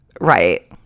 right